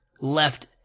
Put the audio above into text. left